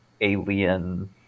alien